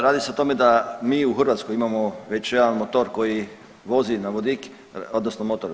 Radi se o tome da mi u Hrvatskoj imamo već jedan motor koji vozi na vodik, odnosno motor.